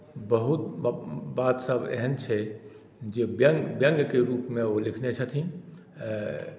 बहुत बातसभ एहन छै जे व्यङ्ग व्यङ्गकेँ रूपमे ओ लिखने छथिन